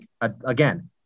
again